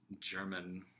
German